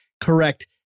correct